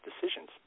decisions